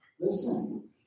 Listen